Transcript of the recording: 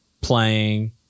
playing